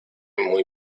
muy